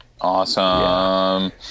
Awesome